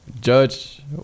Judge